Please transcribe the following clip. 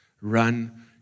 Run